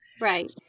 Right